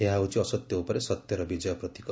ଏହା ହେଉଛି ଅସତ୍ୟ ଉପରେ ସତ୍ୟର ବିଜୟ ପ୍ରତୀକ